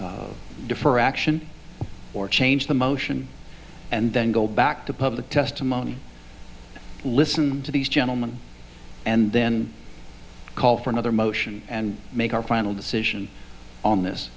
defer action or change the motion and then go back to public testimony listening to these gentleman and then call for another motion and make our final decision on this